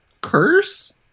curse